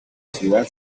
ciudad